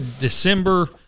December